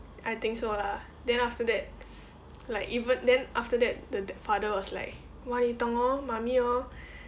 I think so lah then after that like even then after that the that father was like !wah! 你懂 hor mummy hor